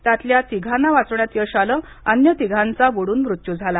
त्यातल्या तिघांना वाचवण्यात यश आल अन्य तिघांचा बुडून मृत्यू झाला